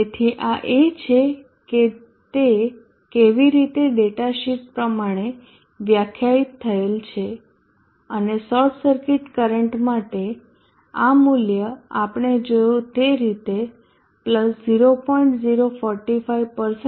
તેથી આ એ છે કે તે કેવી રીતે ડેટા શીટ પ્રમાણે વ્યાખ્યાયિત થયેલ છે અને શોર્ટ સર્કિટ કરંટ માટે આ મૂલ્ય આપણે જોયું તે રીતે 0